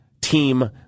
Team